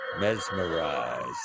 Mesmerized